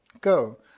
go